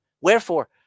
wherefore